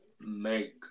make